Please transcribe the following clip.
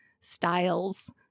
styles